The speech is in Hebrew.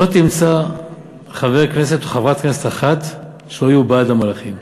לא תמצא חבר כנסת או חברת כנסת אחת שלא יהיו בעד המהלכים.